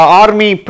army